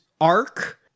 arc